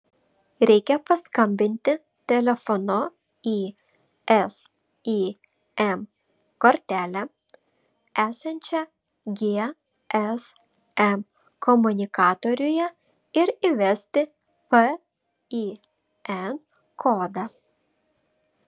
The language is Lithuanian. reikia paskambinti telefonu į sim kortelę esančią gsm komunikatoriuje ir įvesti pin kodą